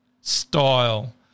style